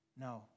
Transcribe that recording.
No